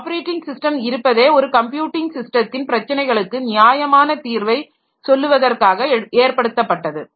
operating system இருப்பதே ஒரு computing ஸிஸ்டத்தின் பிரச்சனைகளுக்கு நியாயமான தீர்வை சொல்லுவதற்காக ஏற்படுத்தப்பட்டது